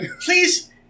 Please